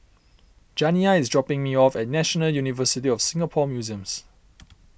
Janiya is dropping me off at National University of Singapore Museums